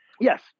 yes